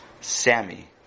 Sammy